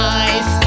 eyes